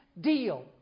deal